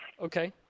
Okay